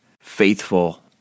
faithful